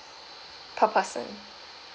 per person